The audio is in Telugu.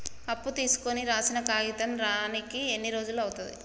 అప్పు తీసుకోనికి రాసిన కాగితం రానీకి ఎన్ని రోజులు అవుతది?